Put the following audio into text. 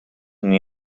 n’hi